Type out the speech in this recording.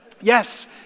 Yes